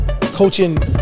Coaching